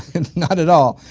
and not at all.